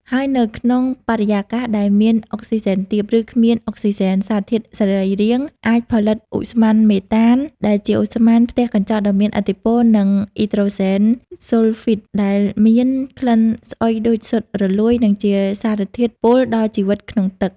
ហើយនៅក្នុងបរិយាកាសដែលមានអុកស៊ីហ្សែនទាប ឬគ្មានអុកស៊ីហ្សែន សារធាតុសរីរាង្គអាចផលិត ឧស្ម័នមេតាន ដែលជាឧស្ម័នផ្ទះកញ្ចក់ដ៏មានឥទ្ធិពល និង អ៊ីដ្រូសែនស៊ុលហ្វីត ដែលមានក្លិនស្អុយដូចស៊ុតរលួយ និងជាសារធាតុពុលដល់ជីវិតក្នុងទឹក។